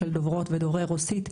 של דוברות ודוברי רוסית,